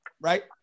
right